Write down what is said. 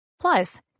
Plus